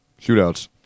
shootouts